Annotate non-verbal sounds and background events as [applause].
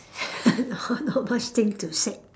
[laughs] not not much thing to say